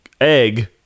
egg